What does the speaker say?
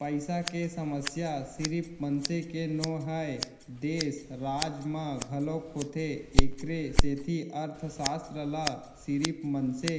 पइसा के समस्या सिरिफ मनसे के नो हय, देस, राज म घलोक होथे एखरे सेती अर्थसास्त्र ल सिरिफ मनसे